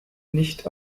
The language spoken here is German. nicht